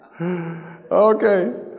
Okay